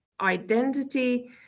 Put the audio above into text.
identity